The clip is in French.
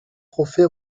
trophée